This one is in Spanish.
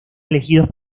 elegidos